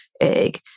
egg